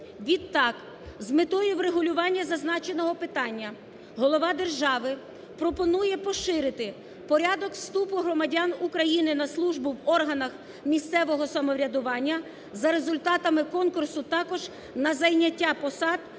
Відтак, з метою врегулювання зазначеного питання голова держави пропонує поширити порядок вступу громадян України на службу в органах місцевого самоврядування за результатами конкурсу також на зайняття посад